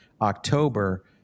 october